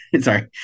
Sorry